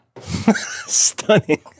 Stunning